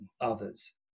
others